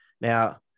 Now